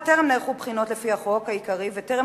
מאחר שטרם נערכו בחינות לפי החוק העיקרי וטרם